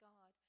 God